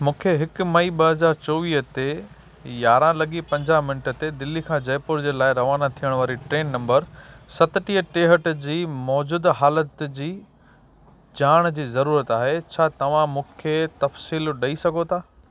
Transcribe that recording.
मूंखे हिकु मई ॿ हज़ार चौवीह ते यारहां लॻी पंजाह मिंट ते दिल्ली खां जयपुर जे लाइ रवाना थियण वारी ट्रेन नंबर सतटीह टेहठि जी मौजूदा हालति जी ॼाण जी ज़रूरत आहे छा तव्हां मूंखे तफ़सीलु ॾेई सघो था